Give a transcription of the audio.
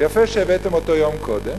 ויפה שהבאתם אותו יום קודם,